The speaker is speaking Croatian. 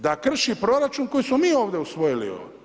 Da krši proračun koji smo mi ovdje usvojili.